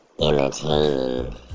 entertaining